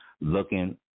looking